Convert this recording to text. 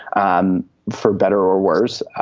um for better or worse.